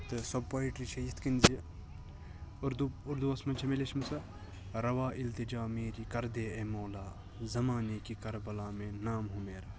تہٕ سۄ پوٚیِٹری چھِ یِتھ کٔنۍ زِ اردو اردو وَس مَنٛز چھِ مےٚ لیٚچھمٕژ سۄ رَوا اِلتِجا میری کَر دے اے مولا زَمانے کے کَربَلا میں نام ہو میرا